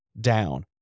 down